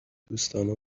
دوستانه